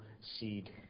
seed